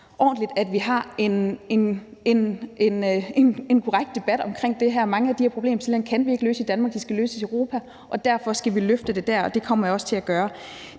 at vi har en korrekt debat om det her. Mange af de her problemstillinger kan vi ikke løse Danmark; de skal løses i Europa. Derfor skal vi løfte det der, og det kommer jeg også til at gøre.